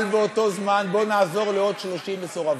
אבל באותו זמן בואו נעזור לעוד 30 מסורבות.